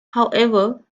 however